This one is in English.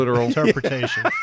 interpretation